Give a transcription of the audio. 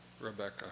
Rebecca